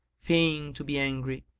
feigning to be angry,